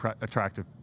attractive